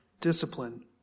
Discipline